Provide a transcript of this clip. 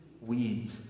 weeds